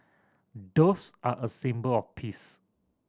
doves are a symbol of peace